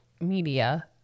Media